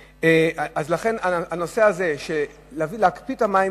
אז לכן הנושא הזה של להקפיא את המים,